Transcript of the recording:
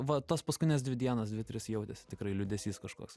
va tas paskutines dvi dienas dvi tris jautėsi tikrai liūdesys kažkoks